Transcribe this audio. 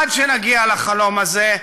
עד שנגיע לחלום הזה,